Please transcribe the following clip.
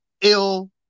ill